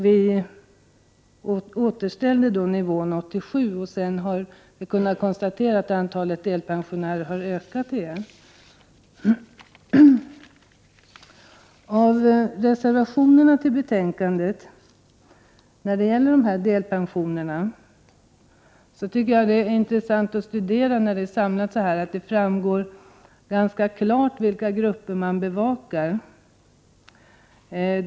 Vi återställde nivån 1987, och sedan har vi kunnat konstatera att antalet delpensionärer har ökat igen. Det är intressant att studera reservationerna om delpensionen, när de är samlade så här. Jag tycker att det framgår ganska klart vilka grupper man bevakar.